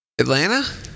atlanta